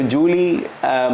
Julie